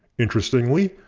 interestingly,